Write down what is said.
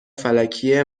فلکی